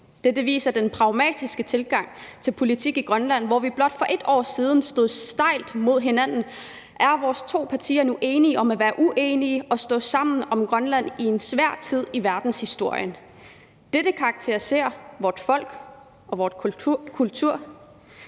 Det viser den pragmatiske tilgang til politik i Grønland. Hvor vi for blot et år siden stod stejlt over for hinanden, er vores to partier nu enige om at være uenige og stå sammen om Grønland i en svær tid i verdenshistorien. Dette karakteriserer vort folk og vor kultur,